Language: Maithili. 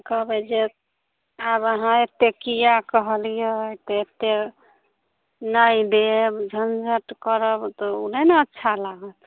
कहबै जे आब अहाँ एतेक किएक कहलिए तऽ एतेक नहि देब झँझटि करब तऽ ओ नहि ने अच्छा लागत